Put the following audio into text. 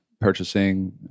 purchasing